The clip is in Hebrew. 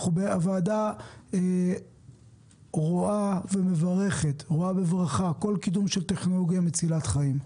הוועדה רואה בברכה כל קידום של טכנולוגיה מצילת חיים.